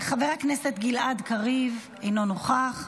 חבר הכנסת גלעד קריב, אינו נוכח,